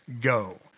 go